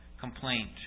complaint